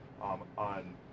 on